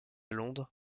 londres